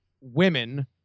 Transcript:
women